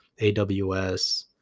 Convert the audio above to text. AWS